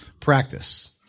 Practice